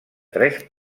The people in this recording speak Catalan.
tres